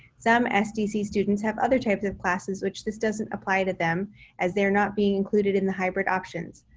some sdc students have other types of classes, which this doesn't apply to them as they're not being included in the hybrid options.